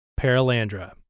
Paralandra